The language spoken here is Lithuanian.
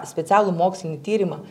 specialų mokslinį tyrimą